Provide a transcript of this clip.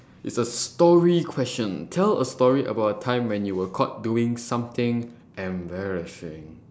it's a story question tell a story about a time when you were caught doing something embarrassing